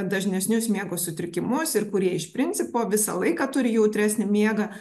dažnesnius miego sutrikimus ir kurie iš principo visą laiką turi jautresnį miegą